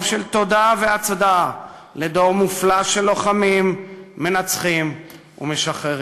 של תודה והצדעה לדור מופלא של לוחמים מנצחים ומשחררים.